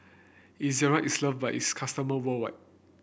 Ezerra is loved by its customer world